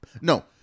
No